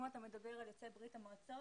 אם אתה מדבר על יוצאי ברית המועצות,